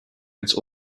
ins